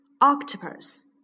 Octopus